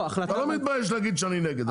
אתה לא מתבייש להגיד שאתה נגד.